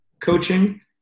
coaching